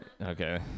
okay